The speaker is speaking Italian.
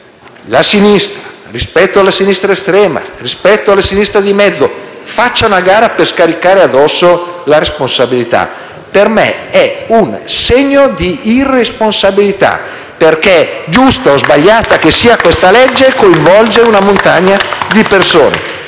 la sinistra rispetto alla sinistra estrema, rispetto alla sinistra di mezzo facciano a gara per scaricare l'un l'altra la responsabilità, per me è un segno di irresponsabilità perché giusta o sbagliata che sia questa legge, essa coinvolge una montagna di persone.